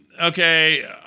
Okay